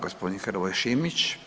Gospodin Hrvoje Šimić.